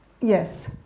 Yes